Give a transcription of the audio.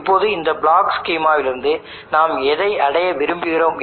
இப்போது நோக்கம் என்ன நாம் என்ன செய்ய விரும்புகிறோம்